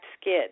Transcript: skid